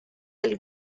del